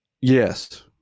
Yes